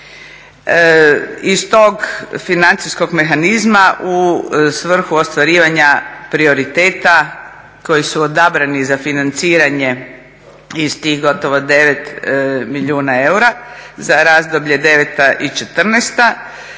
Iz tog financijskog mehanizma u svrhu ostvarivanja prioriteta koji su odabrani za financiranje iz tih gotovo 9 milijuna eura za razdoblje 2009-2014